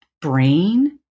brain